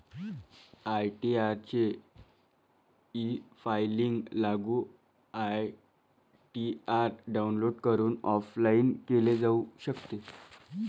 ITR चे efiling लागू ITR download करून ऑफलाइन केले जाऊ शकते